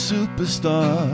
Superstar